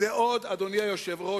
אדוני היושב-ראש,